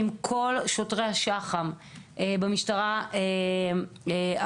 עם כל שוטרי השח"מ במשטרה הכחולה